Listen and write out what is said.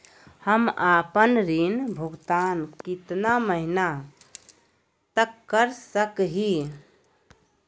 हम आपन ऋण भुगतान कितना महीना तक कर सक ही?